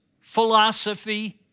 philosophy